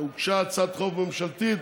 הוגשה הצעת חוק ממשלתית,